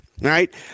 right